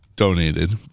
Donated